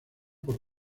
por